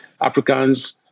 Africans